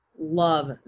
love